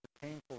painful